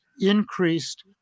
increased